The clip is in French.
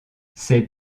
ses